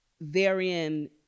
Therein